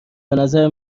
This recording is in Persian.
بنظر